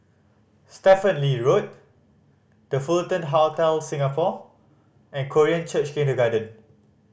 Stephen Lee Road The Fullerton Hotel Singapore and Korean Church Kindergarten